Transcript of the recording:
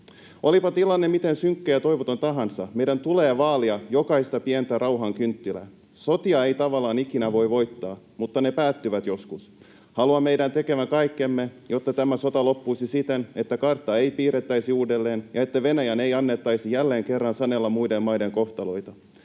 Olipa tilanne miten synkkä ja toivoton tahansa, meidän tulee vaalia jokaista pientä rauhankynttilää. Sotia ei tavallaan ikinä voi voittaa, mutta ne päättyvät joskus. Haluan meidän tekevän kaikkemme, jotta tämä sota loppuisi siten, että karttaa ei piirrettäisi uudelleen, että Venäjän ei annettaisi jälleen kerran sanella muiden maiden kohtaloita.